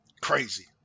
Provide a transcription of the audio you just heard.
Crazy